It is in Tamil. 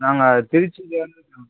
நாங்கள் திருச்சிலேருந்து